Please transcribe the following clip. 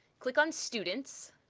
click on students,